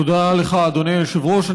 תודה לך, אדוני היושב-ראש.